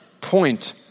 point